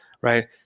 right